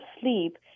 sleep